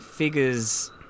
Figures